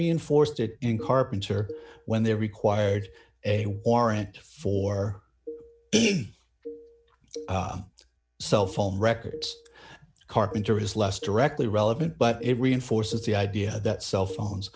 reinforced it in carpenter when they required a warrant for cell phone records carpenter is less directly relevant but it reinforces the idea that cell phones